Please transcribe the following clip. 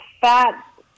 fat